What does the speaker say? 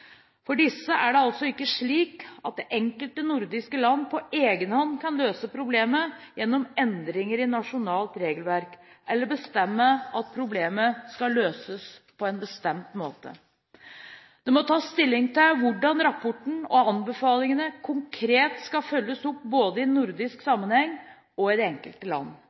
For disse er det altså ikke slik at det enkelte nordiske land på egen hånd kan løse problemet gjennom endringer i nasjonalt regelverk, eller bestemme at problemet skal løses på en bestemt måte. Det må tas stilling til hvordan rapporten og anbefalingene konkret skal følges opp både i nordisk sammenheng og i det enkelte land.